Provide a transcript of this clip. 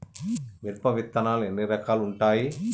మిరప విత్తనాలు ఎన్ని రకాలు ఉంటాయి?